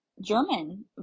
German